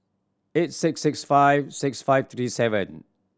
eight six six five six five three seven